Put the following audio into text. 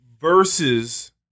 versus